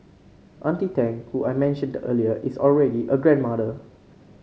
auntie Tang who I mentioned earlier is already a grandmother